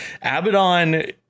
abaddon